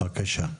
בבקשה.